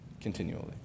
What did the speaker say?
continually